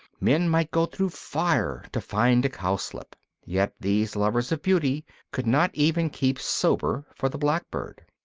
men might go through fire to find a cowslip. yet these lovers of beauty could not even keep sober for the blackbird.